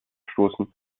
gestoßen